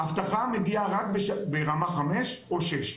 אבטחה מגיעה רק ברמה חמש או שש,